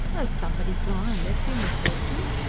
as somebody gone and left im a fortune?